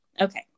Okay